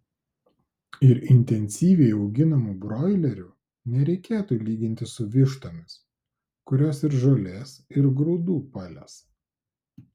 ir intensyviai auginamų broilerių nereikėtų lyginti su vištomis kurios ir žolės ir grūdų palesa